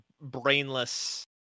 brainless